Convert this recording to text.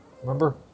Remember